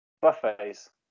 Buffets